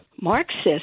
Marxist